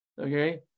Okay